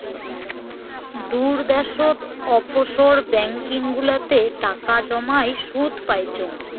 দূর দ্যাশোত offshore banking গুলাতে টাকা জমাই সুদ পাইচুঙ